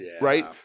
right